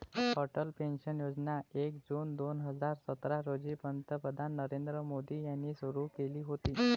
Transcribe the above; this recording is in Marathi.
अटल पेन्शन योजना एक जून दोन हजार सतरा रोजी पंतप्रधान नरेंद्र मोदी यांनी सुरू केली होती